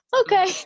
Okay